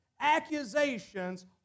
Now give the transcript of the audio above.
Accusations